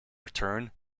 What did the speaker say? return